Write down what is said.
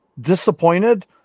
disappointed